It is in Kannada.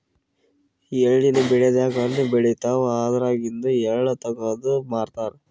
ಎಳ್ಳಿನ್ ಬೆಳಿದಾಗ್ ಹಣ್ಣ್ ಬೆಳಿತಾವ್ ಅದ್ರಾಗಿಂದು ಎಳ್ಳ ತಗದು ಮಾರ್ತಾರ್